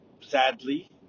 sadly